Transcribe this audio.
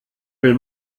will